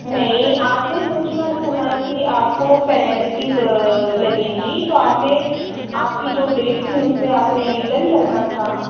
नहीं आपने सोचना था न कि आपको पैनालिटी ब लगेंगी तो आपने आपकी जो डेट थी उस पर आपने रिटर्न करना था